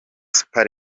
super